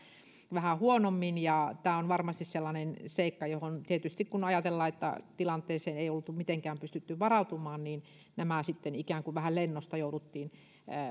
vähän huonommin tämä on varmasti sellainen seikka jossa tietysti kun ajatellaan että tilanteeseen ei oltu mitenkään pystytty varautumaan niin nämä sitten ikään kuin vähän lennosta jouduttiin